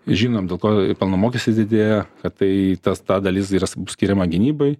žinom dėl ko pelno mokestis didėja tai tas ta dalis yra skiriama gynybai